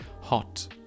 hot